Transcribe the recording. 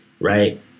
right